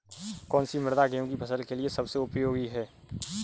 कौन सी मृदा गेहूँ की फसल के लिए सबसे उपयोगी है?